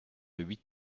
huit